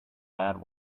bad